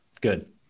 Good